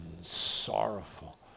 sorrowful